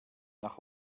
nach